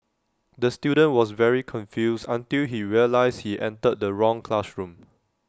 the student was very confused until he realised he entered the wrong classroom